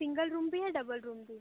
single room भी है double room भी है